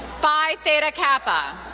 phi theta kappa.